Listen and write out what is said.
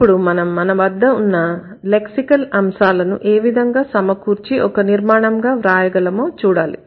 ఇప్పుడు మనం మన వద్ద ఉన్న లెక్సికల్ అంశాలను ఏ విధంగా సమకూర్చి ఒక నిర్మాణంగా వ్రాయగలమో చూడాలి